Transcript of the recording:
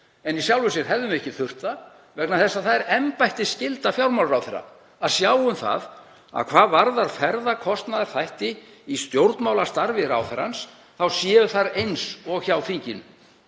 En í sjálfu sér hefðum við ekki þurft það vegna þess að það er embættisskylda fjármálaráðherra að sjá um það hvað varðar ferðakostnaðarþætti í stjórnmálastarfi ráðherrans að þeir séu þar eins og hjá þinginu.